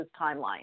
timeline